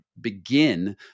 begin